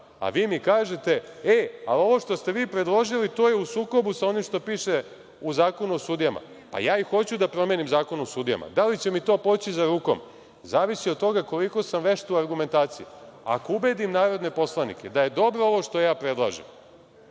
A vi mi kažete – e, a ovo što ste vi predložili, to je u sukobu sa onim što piše u Zakonu o sudijama. Pa ja i hoću da promenim Zakon o sudijama. Da li će mi to poći za rukom zavisi od toga koliko sam vešt u argumentaciji. Ako ubedim narodne poslanike da je dobro ovo što ja predlažem,